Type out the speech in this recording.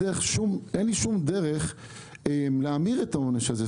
אין לי שום דרך להמיר את העונש הזה.